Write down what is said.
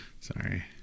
Sorry